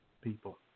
people